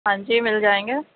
ہاں جی مل جائیں گے